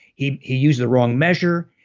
he he used the wrong measure.